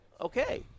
okay